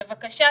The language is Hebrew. בבקשה,